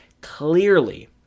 clearly